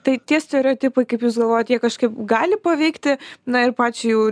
tai tie stereotipai kaip jūs galvojat jie kažkaip gali paveikti na ir pačią jų